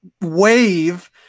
wave